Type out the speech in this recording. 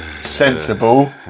sensible